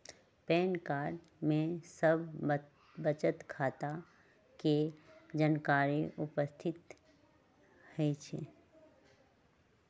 pan card में सभ बचत खता के जानकारी उपस्थित होइ छइ